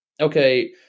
okay